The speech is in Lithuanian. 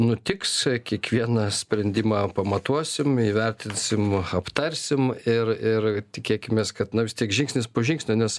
nutiks kiekvieną sprendimą pamatuosim įvertinsim aptarsim ir ir tikėkimės kad nu vis tiek žingsnis po žingsnio nes